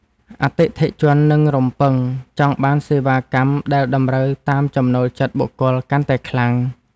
អតិថិជននឹងរំពឹងចង់បានសេវាកម្មដែលតម្រូវតាមចំណូលចិត្តបុគ្គលកាន់តែខ្លាំង។